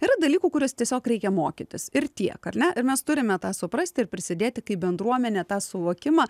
yra dalykų kuriuos tiesiog reikia mokytis ir tiek ar ne mes turime tą suprasti ir prisidėti kaip bendruomenė tą suvokimą